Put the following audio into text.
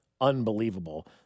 unbelievable